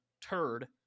turd